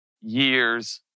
years